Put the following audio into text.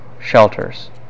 shelters